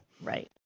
Right